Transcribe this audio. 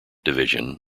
division